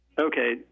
Okay